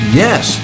yes